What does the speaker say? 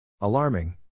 Alarming